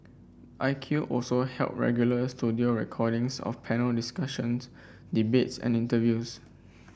I Q also held regular studio recordings of panel discussions debates and interviews